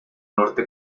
norte